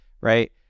right